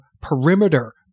perimeter